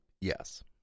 Yes